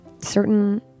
certain